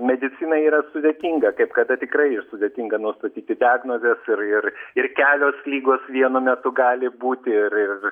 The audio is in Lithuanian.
medicina yra sudėtinga kaip kada tikrai ir sudėtinga nustatyti diagnozę ir ir ir kelios lygos vienu metu gali būti ir ir